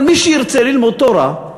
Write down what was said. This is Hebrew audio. אבל מי שירצה ללמוד תורה,